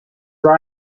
hill